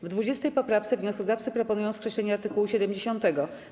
W 20. poprawce wnioskodawcy proponują skreślenie art. 70.